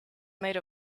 made